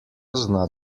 zna